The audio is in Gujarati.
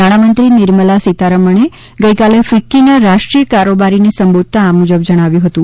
નાણામંત્રી નિર્મલા સીતારમણે ગઇકાલે ફિક્કીની રાષ્ટ્રીય કારોબારીને સંબોધતાં આ મુજબ જણાવ્યું હતું